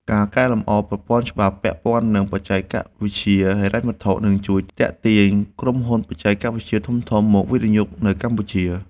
ការកែលម្អប្រព័ន្ធច្បាប់ពាក់ព័ន្ធនឹងបច្ចេកវិទ្យាហិរញ្ញវត្ថុនឹងជួយទាក់ទាញក្រុមហ៊ុនបច្ចេកវិទ្យាធំៗមកវិនិយោគនៅកម្ពុជា។